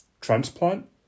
transplant